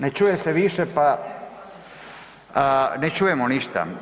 Ne čuje se više, pa, ne čujemo ništa.